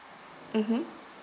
mmhmm